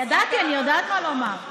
ידעתי, אני יודעת מה לומר.